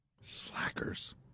Slackers